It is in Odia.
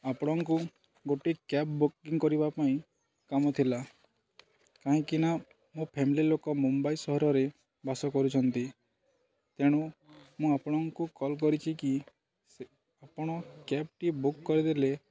ଆପଣଙ୍କୁ ଗୋଟେ କ୍ୟାବ୍ ବୁକିଂ କରିବା ପାଇଁ କାମ ଥିଲା କାହିଁକିନା ମୋ ଫ୍ୟାମିଲି ଲୋକ ମୁମ୍ବାଇ ସହରରେ ବାସ କରୁଛନ୍ତି ତେଣୁ ମୁଁ ଆପଣଙ୍କୁ କଲ୍ କରିଛି କି ସେ ଆପଣ କ୍ୟାବଟି ବୁକ୍ କରିଦେଲେ